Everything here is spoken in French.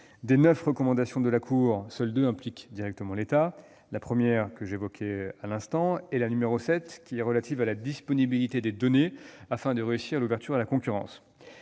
Des neuf recommandations de la Cour, seules deux impliquent directement l'État : la première, que j'évoquais à l'instant, et la septième, relative à la disponibilité des données afin de réussir l'ouverture à la concurrence.